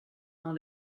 dans